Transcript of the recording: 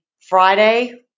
Friday